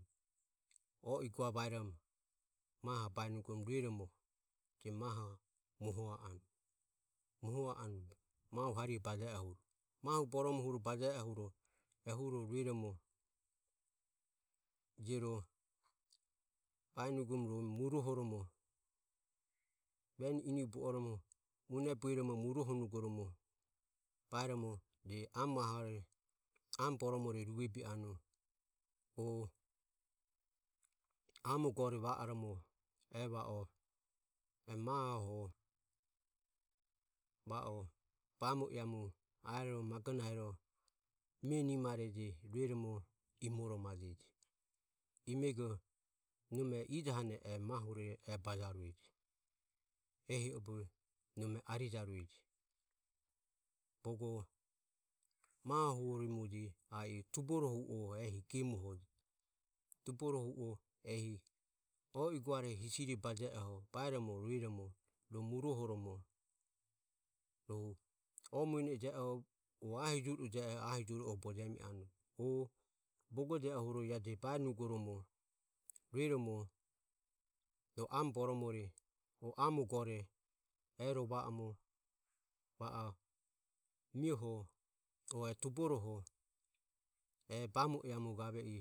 Oi gua vairom maho bainugom ro moho anu mahu borome bajeohuro ehuro rueromo murohoromo vene inivo buonugorom rueromo amo ahore o am boromore o amo gore va oromo e mahoho va o bamo iramu magonahero mie nimo iramu rueromo imoromo a e emego nome ijo bajoho e mahure e bajarueje ehi obe nome arijarueje bogo mahohu gemuoho a e tuboro ehi gemuoho. tuboro ehi oi gua hisiro baje o ro murohoromo oe muene o ahijuru jieoho bojemi anu bogo jeoho je bainugorom ro amo boromore ero va oromo mioho o e tuburoho e bamoiramu gave i